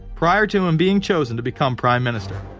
prior to him being chosen to become prime minister.